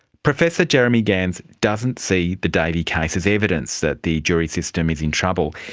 professor jeremy gans doesn't see the davey case as evidence that the jury system is in trouble.